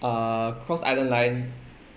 uh cross island line